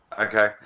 Okay